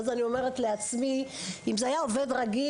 ואז אני אומרת לעצמי שאם זה היה עובד רגיל,